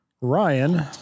Ryan